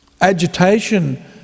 agitation